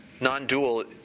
Non-dual